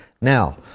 Now